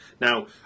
Now